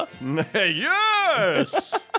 Yes